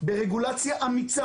בגלל שזה מאפשר.